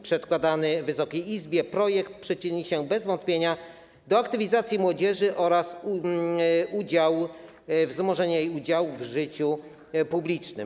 Przedkładany Wysokiej Izbie projekt przyczyni się bez wątpienia do aktywizacji młodzieży oraz wzmożenia jej udziału w życiu publicznym.